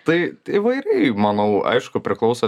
tai įvairiai manau aišku priklauso